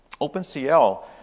OpenCL